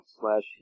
slash